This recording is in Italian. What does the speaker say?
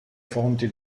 fonti